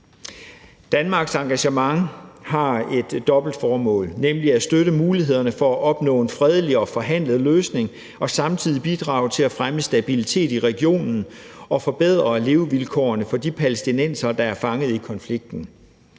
Danmarks engagement har et dobbelt formål, nemlig at støtte mulighederne for at opnå en fredelig og forhandlet løsning og samtidig bidrage til at fremme stabilitet i regionen og forbedre levevilkårene for de palæstinensere, der er fanget i konflikten.